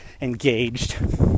engaged